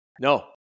No